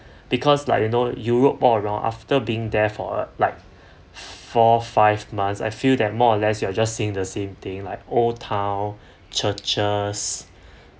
because like you know europe all around after being there for like four five months I feel that more or less you are just seeing the same thing like old town churches